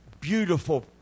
beautiful